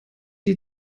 die